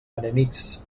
enemics